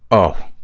oh,